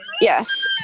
Yes